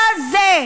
אתה זה,